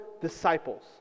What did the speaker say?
disciples